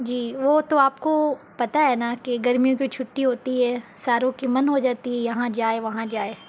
جی وہ تو آپ کو پتہ ہے نا کہ گرمیوں کی چھٹی ہوتی ہے ساروں کی من ہو جاتی ہے یہاں جائے وہاں جائے